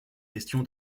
question